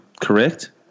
correct